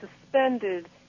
suspended